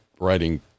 writing